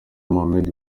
mohamed